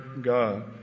God